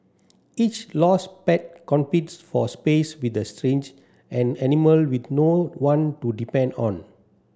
each lost pet competes for space with a an animal with no one to depend on